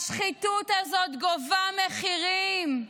השחיתות הזאת גובה מחירים.